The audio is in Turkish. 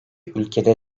ülkede